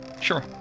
Sure